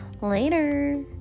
Later